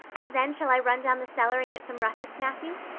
and then shall i run down the cellar and get some russets, matthew?